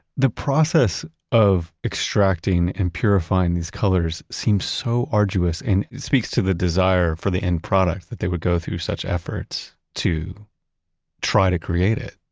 the process of extracting and purifying these colors seems so arduous and speaks to the desire for the end product that they would go through such efforts to try to create it.